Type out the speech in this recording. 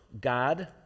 God